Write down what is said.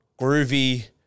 groovy